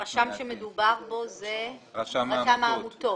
הרשם שמדובר בו זה רשם העמותות.